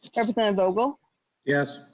represent bogle yes